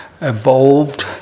evolved